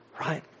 right